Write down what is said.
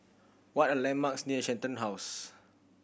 what are landmarks near Shenton House